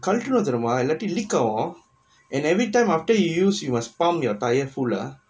கழட்டனு தெரியுமா இல்லாட்டி:kazhattanu teriyumaa illaatti leak ஆகும்:aagum and everytime after you use you must pump your tyre full ah